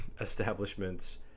establishments